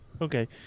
Okay